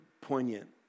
poignant